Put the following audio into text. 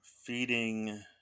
feeding